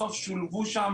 בסוף שולבו שם